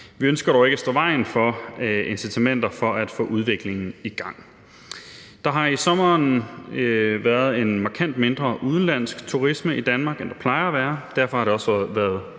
Vi ønsker dog ikke at stå i vejen for incitamenter for at få udviklingen i gang. Der har i sommeren været en markant mindre udenlandsk turisme i Danmark, end der plejer at være, og derfor har det også været